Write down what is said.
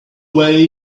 way